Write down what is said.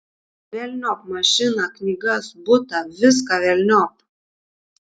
velniop mašiną knygas butą viską velniop